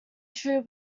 true